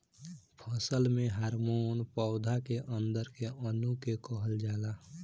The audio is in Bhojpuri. फसल में हॉर्मोन पौधा के अंदर के अणु के कहल जाला